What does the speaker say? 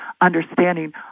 understanding